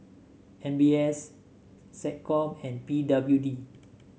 M B S SecCom and P W D